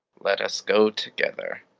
let us go together.